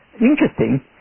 interesting